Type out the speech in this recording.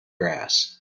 grass